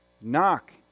Knock